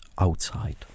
Outside